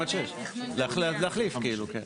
עכשיו אני שואל רגע שאלה שקשורה ולא קשורה.